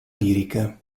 liriche